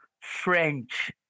French